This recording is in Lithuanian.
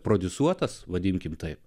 prodiusuotas vadinkim taip